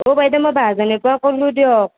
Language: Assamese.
অঁ বাইদেউ মই বাহেজেনিৰ পৰা কৰিলোঁ দিয়ক